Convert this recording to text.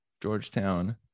Georgetown